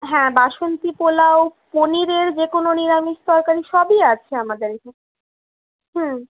হ্যাঁ বাসন্তী পোলাও পনিরের যেকোনো নিরামিষ তরকারি সবই আছে আমাদের এইখানে